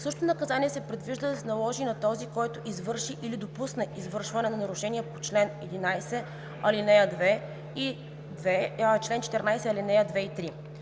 Същото наказание се предвижда да се наложи на този, който извърши или допусне извършване на нарушение по чл. 11, ал. 2 и 3 и чл. 14, ал. 2 и 3.